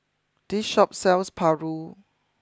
this Shop sells Paru